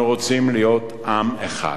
אנחנו רוצים להיות עם אחד,